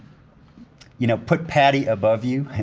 you know, put patty above you.